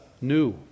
new